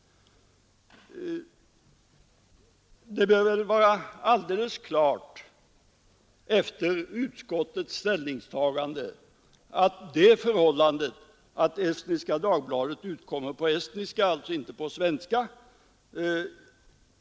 Efter utskottets ställningstagande bör det väl vara alldeles klart att det förhållandet att Estniska Dagbladet utkommer på estniska